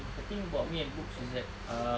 I think about me and books is that um